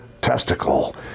testicle